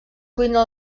cuina